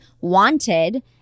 wanted